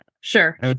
sure